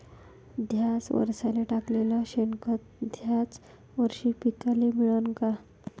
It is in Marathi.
थ्याच वरसाले टाकलेलं शेनखत थ्याच वरशी पिकाले मिळन का?